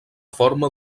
forma